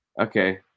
okay